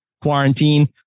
quarantine